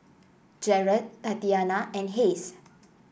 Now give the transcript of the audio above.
Jarret Tatiana and Hayes